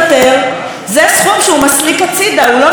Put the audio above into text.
הוא לא מתחלק בו עם המפיצים של הסרטים בחו"ל,